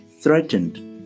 threatened